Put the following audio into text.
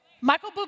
Michael